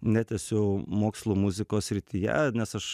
netęsiu mokslų muzikos srityje nes aš